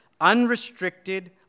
unrestricted